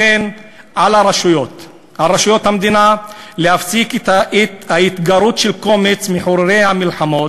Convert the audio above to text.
לכן על רשויות המדינה להפסיק את ההתגרות של קומץ מחרחרי המלחמות,